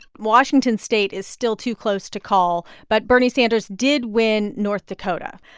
washington state is still too close to call, but bernie sanders did win north dakota.